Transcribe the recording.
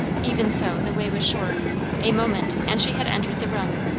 even so, the way was short a moment, and she had entered the room,